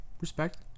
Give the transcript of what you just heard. Respect